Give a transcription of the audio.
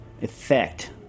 effect